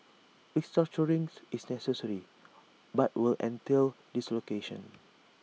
restructure rings is necessary but will entail dislocations